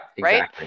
right